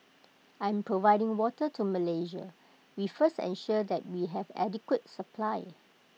in providing water to Malaysia we first ensure that we have adequate supply